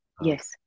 yes